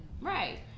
Right